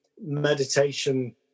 meditation